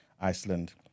Iceland